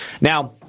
Now